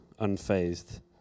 unfazed